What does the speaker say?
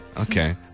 Okay